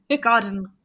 garden